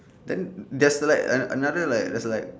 then there's like and another like that's like